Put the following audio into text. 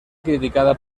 criticada